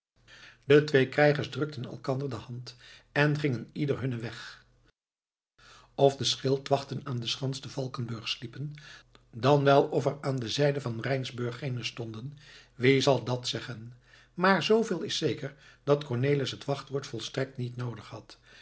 de twee krijgers drukten elkander de hand en gingen ieder hunnen weg of de schildwachten aan de schans te valkenburg sliepen dan wel of er aan de zijde van rijnsburg geene stonden wie zal dat zeggen maar zooveel is zeker dat cornelis het wachtwoord volstrekt niet noodig had